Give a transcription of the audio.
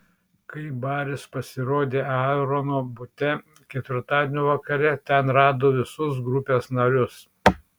kai baris pasirodė aarono bute ketvirtadienio vakare ten rado visus grupės narius